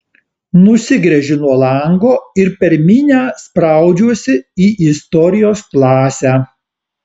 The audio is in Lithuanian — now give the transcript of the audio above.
nusigręžiu nuo lango ir per minią spraudžiuosi į istorijos klasę